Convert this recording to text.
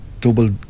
double